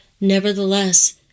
nevertheless